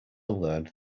learned